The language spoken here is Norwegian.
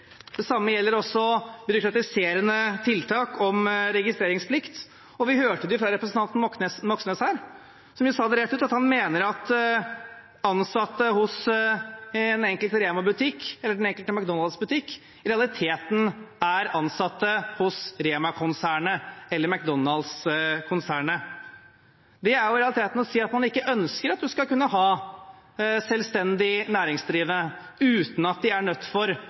Det samme gjelder byråkratiserende tiltak om registreringsplikt. Og vi hørte det fra representanten Moxnes her, som jo sa rett ut at han mener at ansatte i den enkelte REMA- eller McDonald’s-butikk i realiteten er ansatt hos REMA-konsernet eller McDonald’s-konsernet. Det er jo i realiteten å si at man ikke ønsker å ha selvstendig næringsdrivende uten at de er nødt